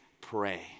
pray